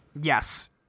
Yes